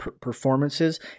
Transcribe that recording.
performances